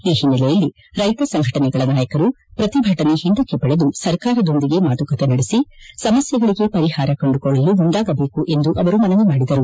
ಈ ಒನ್ನೆಲೆಯಲ್ಲಿ ರೈತ ಸಂಘಟನೆಗಳ ನಾಯಕರು ಪ್ರತಿಭಟನೆ ಹಿಂದಕ್ಕೆ ಪಡೆದು ಸರ್ಕಾರದೊಂದಿಗೆ ಮಾತುಕತೆ ನಡೆಸಿ ಸಮಸ್ಥೆಗಳಿಗೆ ಪರಿಹಾರ ಕಂಡುಕೊಳ್ಳಲು ಮುಂದಾಗಬೇಕು ಎಂದು ಅವರು ಮನವಿ ಮಾಡಿದರು